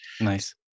nice